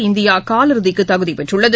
ஆடவர் இந்தியாகாலிறுதிக்குதகுதிபெற்றுள்ளது